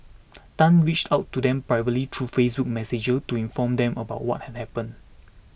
Tan reached out to them privately through Facebook Messenger to inform them about what had happened